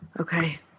Okay